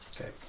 Okay